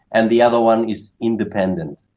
and the other one is independent.